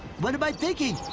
what am i thinking?